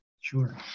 Sure